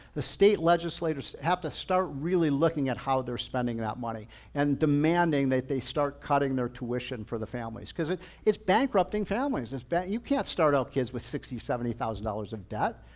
the state legislators have to start really looking at how they're spending that money and demanding that they start cutting their tuition for the families, because it's it's bankrupting families. it's but you can't start out kids with sixty, seventy thousand dollars of debt.